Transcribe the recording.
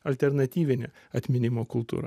alternatyvinė atminimo kultūra